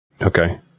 Okay